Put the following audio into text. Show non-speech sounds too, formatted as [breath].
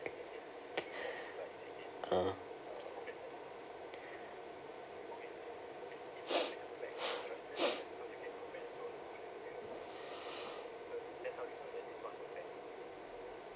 (uh huh) [breath]